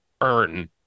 earn